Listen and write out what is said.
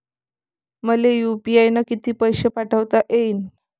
मले यू.पी.आय न किती पैसा पाठवता येईन?